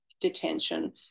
detention